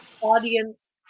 audience